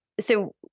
So-